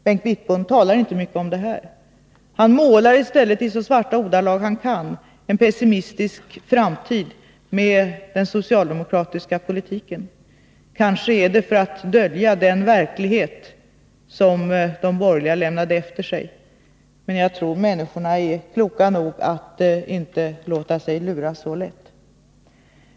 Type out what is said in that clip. Bengt Wittbom talar inte mycket om detta. Han svartmålar i stället så mycket han kan en pessimistisk framtid med den socialdemokratiska politiken. Kanske gör han det för att dölja den verklighet som de borgerliga lämnade efter sig, men jag tror att människorna är kloka nog att inte låta sig luras så lätt.